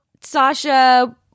sasha